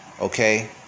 okay